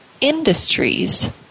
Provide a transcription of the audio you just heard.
industries